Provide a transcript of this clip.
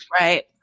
Right